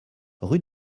rue